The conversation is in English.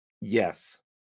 Yes